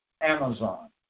Amazon